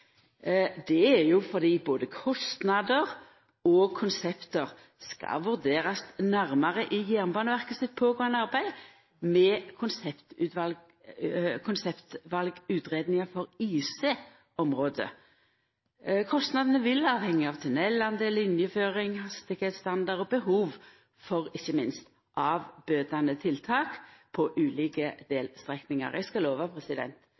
Det er fordi kostnader og konsept skal vurderast nærmare i Jernbaneverket sitt pågåande arbeid med konseptvalutgreiinga for IC-området. Kostnadene vil avhenga av tunneldel, linjeføring, hastigheitsstandard og behov for ikkje minst avbøtande tiltak på ulike vegstrekningar. Eg skal lova